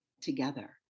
together